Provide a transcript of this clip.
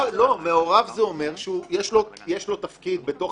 מעורב --- מעורב זה אומר שיש לו תפקיד בתוך